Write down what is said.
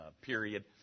period